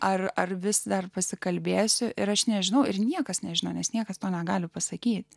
ar ar vis dar pasikalbėsiu ir aš nežinau ir niekas nežino nes niekas to negali pasakyti